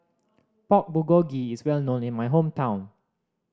Pork Bulgogi is well known in my hometown